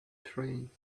trains